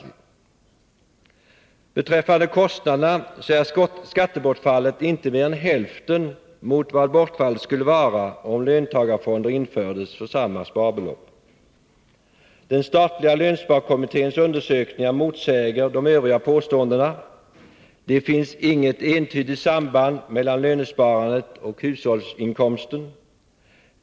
Vad beträffar kostnaderna är skattebortfallet inte mer än hälften mot vad bortfallet skulle vara om löntagarfonder införts för samma sparbelopp. Den statliga lönsparkommitténs undersökningar motsäger de övriga påståendena. Det finns inget entydigt samband emellan lönesparandet och hushållsinkomsten.